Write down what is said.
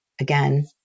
again